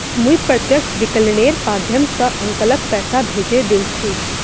मुई प्रत्यक्ष विकलनेर माध्यम स अंकलक पैसा भेजे दिल छि